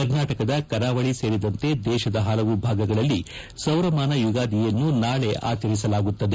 ಕರ್ನಾಟಕದ ಕರಾವಳ ಸೇರಿದಂತೆ ದೇಶದ ಹಲವು ಭಾಗಗಳಲ್ಲಿ ಸೌರಮಾನ ಯುಗಾದಿಯನ್ನು ನಾಳೆ ಆಚರಿಸಲಾಗುತ್ತದೆ